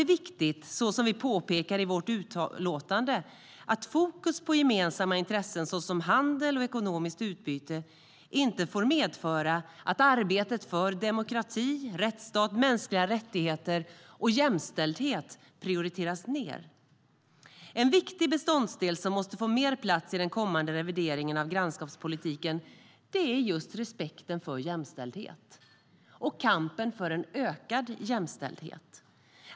Men då är det, som vi påpekar i vårt utlåtande, viktigt att fokus på gemensamma intressen såsom handel och ekonomiskt utbyte inte får medföra att arbetet för demokrati, rättsstat, mänskliga rättigheter och jämställdhet prioriteras ned. En viktig beståndsdel som måste få mer plats i den kommande revideringen av grannskapspolitiken är just respekten för jämställdhet och kampen för att öka den.